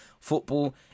football